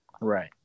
Right